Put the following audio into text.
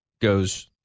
goes